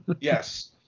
Yes